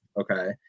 Okay